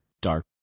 dark